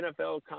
NFL